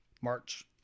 March